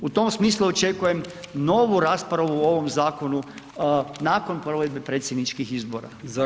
U tom smislu očekujem novu raspravu o ovom zakonu nakon provedbe predsjedničkih izbora.